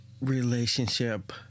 relationship